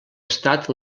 estat